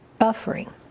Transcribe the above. buffering